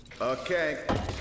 Okay